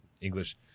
English